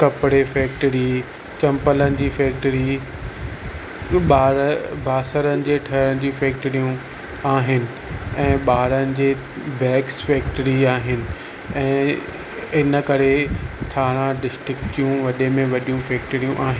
कपिड़े फैक्टरी चम्पलनि जी फैक्टरी हिक बार भासणनि जे ठहिण जी फैक्टरियूं आहिनि ऐं ॿारनि जे बैग्स फैक्टरी आहिनि ऐं इनकरे थाणा डिस्टिक जूं वॾे में वॾियूं फैक्टरियूं आहिनि